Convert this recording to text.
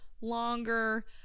longer